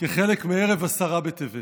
כחלק מערב עשרה בטבת.